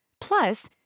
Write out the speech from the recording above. Plus